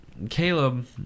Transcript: Caleb